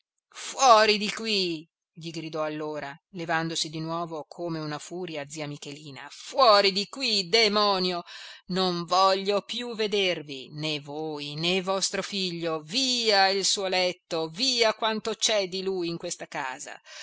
fuori di qui gli gridò allora levandosi di nuovo come una furia zia michelina fuori di qui demonio non voglio più vedervi né voi né vostro figlio via il suo letto via quanto c'è di lui in questa casa